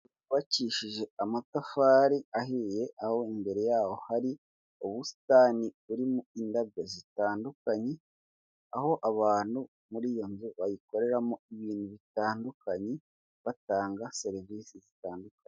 Inzu yubakishije amatafari ahiye aho imbere yaho hari ubusitani burimo indabyo zitandukanye aho abantu muri iyo nzu bayikoreramo ibintu bitandukanye batanga serivisi zitandukanye.